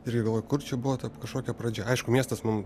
irgi galvoji kur čia buvo ta kažkokia pradžia aišku miestas mum